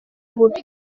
bubi